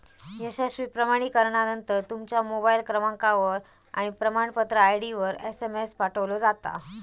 यशस्वी प्रमाणीकरणानंतर, तुमच्या मोबाईल क्रमांकावर आणि प्रमाणपत्र आय.डीवर एसएमएस पाठवलो जाता